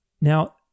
Now